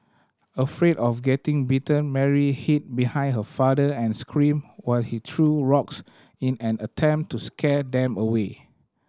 afraid of getting bitten Mary hid behind her father and screamed while he threw rocks in an attempt to scare them away